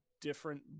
different